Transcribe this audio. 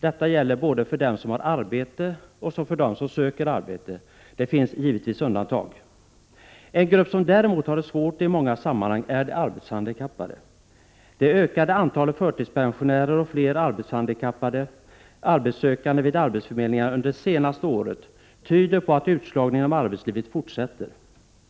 Detta gäller både för dem som har arbete och för dem som söker arbete. Det finns givetvis undantag. En grupp som däremot har det svårt i många sammanhang är de arbetshandikappade. Det ökande antalet förtidspensionärer och fler arbetshandikappade arbetssökande vid arbetsförmedlingarna under det senaste året tyder på att utslagningen inom arbetslivet fortsätter